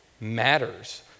matters